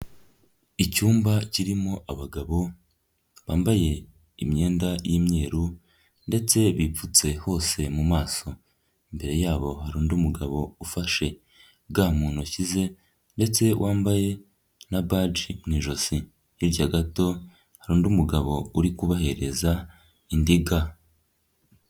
Icyumba kirimo abagabo bambaye imyenda y'imyeru ndetse bipfutse hose mu maso, imbere yabo hari undi mugabo ufashe ga mu ntoki ze ndetse wambaye na baji mu ijosi, hirya gato hari undi mugabo uri kubahereza indi ga.